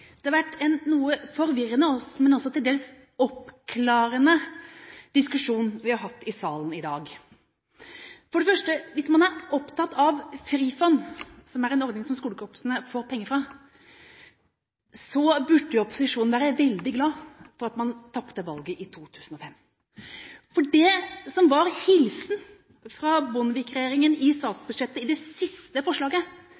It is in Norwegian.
Det har vært en noe forvirrende, men også til dels oppklarende, diskusjon vi har hatt i salen i dag. For det første: Hvis man er opptatt av Frifond, som er en ordning skolekorpsene får penger fra, burde opposisjonen være veldig glad for at man tapte valget i 2005, for det som var hilsenen fra Bondevik-regjeringen i